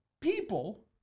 people